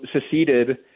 seceded